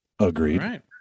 agreed